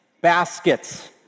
baskets